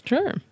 Sure